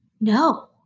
No